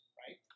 right